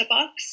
Box